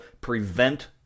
prevent